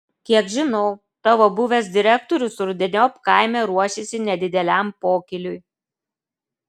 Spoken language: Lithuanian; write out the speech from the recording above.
kiek žinau tavo buvęs direktorius rudeniop kaime ruošiasi nedideliam pokyliui